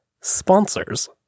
Sponsors